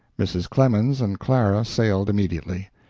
mrs. clemens and clara sailed immediately.